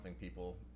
people